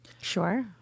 Sure